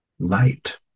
Light